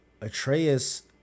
Atreus